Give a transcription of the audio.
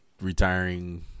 retiring